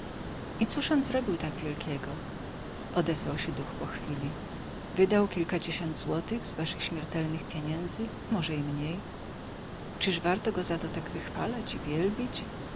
i cóż on zrobił tak wielkiego odezwał się duch po chwili wydał kilkadziesiąt złotych z waszych śmiertelnych pieniędzy może i mniej czyż warto go za to tak wychwalać i wielbić